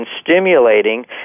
stimulating